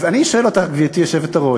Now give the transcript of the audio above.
אז אני שואל אותך, גברתי היושבת-ראש,